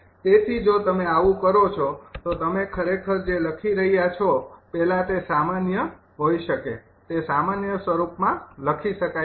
તેથી જો તમે આવું કરો છો તો તમે ખરેખર જે લખી રહ્યા છો પહેલા તે સામાન્ય હોઈ શકે છે તે સામાન્ય સ્વરૂપમાં લખી શકાય છે